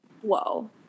Whoa